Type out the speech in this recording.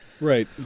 Right